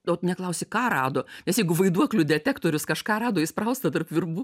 o ne klausi ką rado nes jeigu vaiduoklių detektorius kažką rado įspraustą tarp virbų